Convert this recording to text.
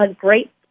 great